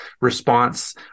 response